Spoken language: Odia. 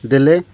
ଦେଲେ